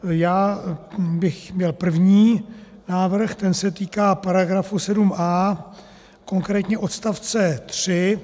Já bych měl první návrh, ten se týká § 7a, konkrétně odstavce 3.